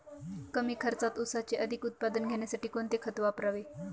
कमी खर्चात ऊसाचे अधिक उत्पादन घेण्यासाठी कोणते खत वापरावे?